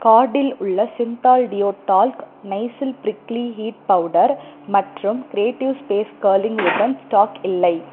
கார்டில் உள்ள Cinthol deo talc Nycil prickly heat powder மற்றும் creative space curling ribbon stock இல்லை